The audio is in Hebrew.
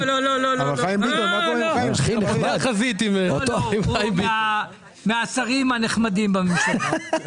לא, לא, לא, הוא מהשרים הנחמדים בממשלה.